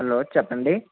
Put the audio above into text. hello చెప్పండి